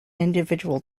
individual